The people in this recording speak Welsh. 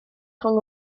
rhwng